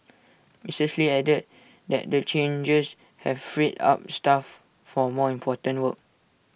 Missus lee added that the changes have freed up staff for more important work